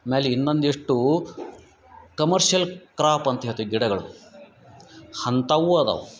ಆಮ್ಯಾಲ ಇನ್ನೊಂದು ಇಷ್ಟು ಕಮರ್ಷಿಯಲ್ ಕ್ರಾಪ್ ಅಂತ ಹೇಳ್ತಿವಿ ಗಿಡಗಳು ಅಂತಾವು ಅದಾವು